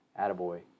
attaboy